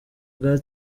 bwa